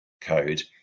code